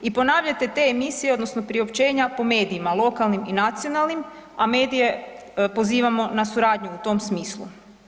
I ponavljate te emisije odnosno priopćenja po medijima, lokalnim i nacionalnim, a medije pozivamo na suradnju u tom smislu.